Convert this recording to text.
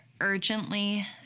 urgently